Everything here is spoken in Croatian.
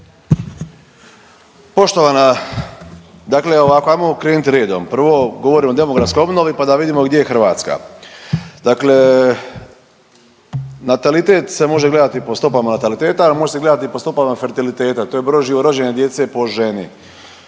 Poštovana dakle ovako hajmo krenuti redom. Prvo govorimo o demografskoj obnovi pa da vidimo gdje je Hrvatska. Dakle, natalitet se može gledati po stopama nataliteta, ali može se gledati i po stopama fertiliteta. To je broj živorođene djece po ženi.